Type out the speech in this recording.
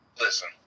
listen